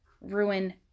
ruin